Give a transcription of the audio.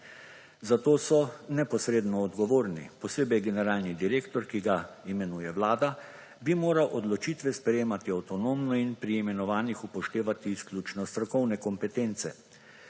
Zato so neposredno odgovorni. Posebej generalni direktor, ki ga imenuje Vlada, bi moral odločitve sprejemati avtonomno in pri imenovanjih upoštevati izključno strokovne kompetence.